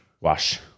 wash